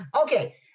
Okay